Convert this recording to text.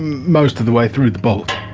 most of the way through the bolt